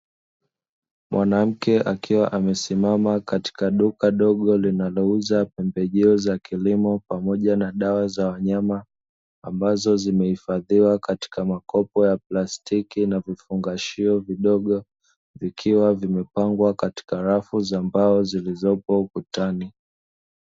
Mwanamke akiwa amesimama katika duka dogo, linalouza pembejeo za kilimo pamoja na dawa za wanyama, ambazo zimehifadhiwa katika makopo ya plastiki na vifungashio vidogo vikiwa vimepangwa katika rafu za mbao zilizopo ukutani.